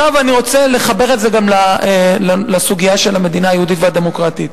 עכשיו אני רוצה לחבר את זה גם לסוגיה של המדינה היהודית והדמוקרטית.